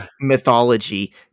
mythology